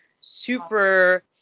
super